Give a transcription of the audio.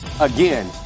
again